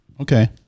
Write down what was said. okay